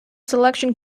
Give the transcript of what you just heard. selection